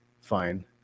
Fine